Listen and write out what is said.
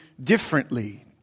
differently